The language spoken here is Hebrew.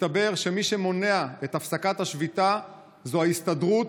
מסתבר שמי שמונע את הפסקת השביתה זה ההסתדרות,